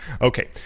Okay